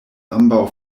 ambaŭ